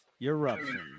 Eruption